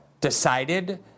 decided